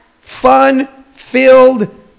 fun-filled